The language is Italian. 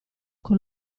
con